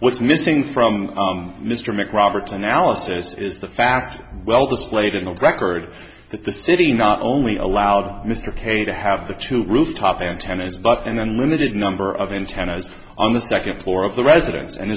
what's missing from mr mcroberts analysis is the fact well the slate in the records that the city not only allowed mr k to have the two rooftop antenna is but an unlimited number of antennas on the second floor of the residence and